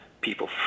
people